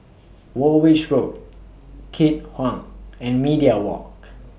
Woolwich Road Keat Hong and Media Walk